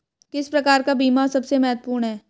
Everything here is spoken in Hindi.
किस प्रकार का बीमा सबसे महत्वपूर्ण है?